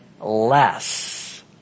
less